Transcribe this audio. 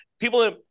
people